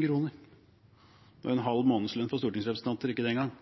000 kr. Det er ikke engang en halv månedslønn for stortingsrepresentanter.